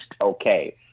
okay